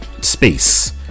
Space